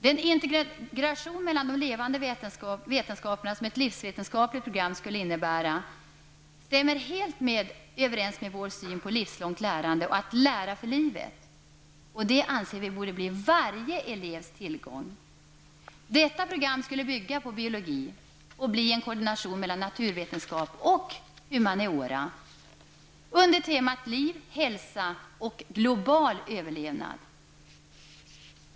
Den integration mellan de levande vetenskaperna, som ett livsvetenskapligt program skulle innebära, stämmer helt överens med vår syn på livslångt lärande och att lära för livet. Det anser vi borde bli varje elevs tillgång. Detta program skulle bygga på biologi och bli en koordination mellan naturvetenskap och humaniora under temat liv, hälsa och global överlevnad.